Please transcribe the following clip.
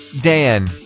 Dan